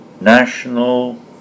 national